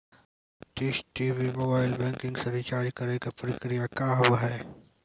Dish TV mobile banking से recharge करे के प्रक्रिया का हाव हई?